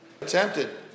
Attempted